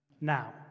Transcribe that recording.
Now